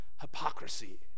hypocrisy